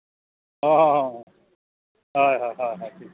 ᱦᱮᱸ ᱦᱮᱸ ᱦᱳᱭ ᱦᱳᱭ ᱴᱷᱤᱠ